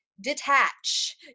detach